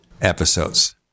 episodes